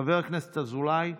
חבר הכנסת אזולאי,